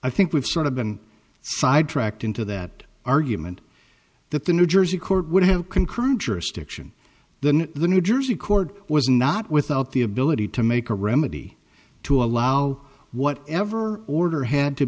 i think we've sort of been sidetracked into that argument that the new jersey court would have concurrent jurisdiction than the new jersey court was not without the ability to make a remedy to allow whatever order had to